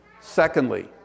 Secondly